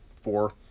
four